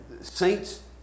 saints